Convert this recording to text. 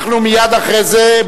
אנחנו מייד אחרי זה,